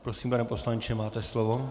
Prosím, pane poslanče, máte slovo.